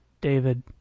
David